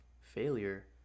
failure